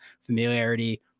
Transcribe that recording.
familiarity